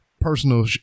personal